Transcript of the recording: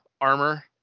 armor